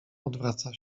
odwraca